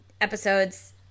episodes